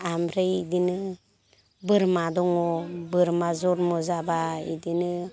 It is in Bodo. आमफ्राय बेदिनो बोरमा दङ बोरमा जनम' जाब्ला बेदिनो